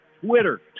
Twitter